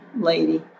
lady